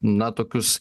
na tokius